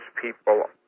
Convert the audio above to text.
people